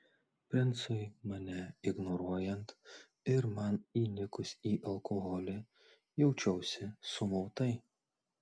princui mane ignoruojant ir man įnikus į alkoholį jaučiausi sumautai